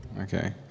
Okay